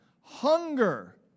hunger